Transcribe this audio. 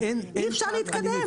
אי אפשר להתקדם.